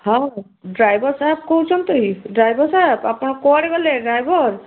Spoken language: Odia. ହଁ ଡ୍ରାଇଭର ସାବ୍ କହୁଛନ୍ତି ଡ୍ରାଇଭର ସାବ୍ ଆପଣ କୁଆଡ଼ ଗଲେ ଡ୍ରାଇଭର